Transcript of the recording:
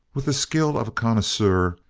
with the skill of a connoisseur,